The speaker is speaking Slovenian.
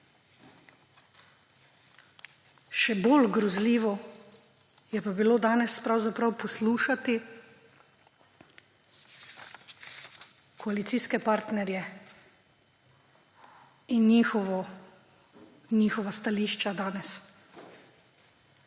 Še bolj grozljivo je pa bilo danes poslušati koalicijske partnerje in njihova stališča.